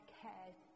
cares